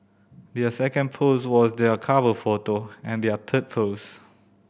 their second post was their cover photo and their third post